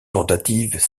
tentatives